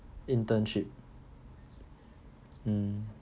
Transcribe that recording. internship mm